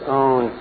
own